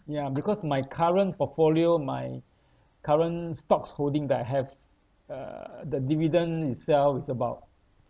ya because my current portfolio my current stocks holding that I have uh the dividend itself is about